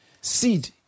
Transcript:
Seed